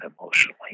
emotionally